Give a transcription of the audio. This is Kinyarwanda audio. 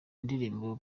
indirimbo